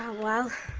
well.